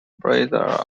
burroughs